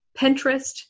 Pinterest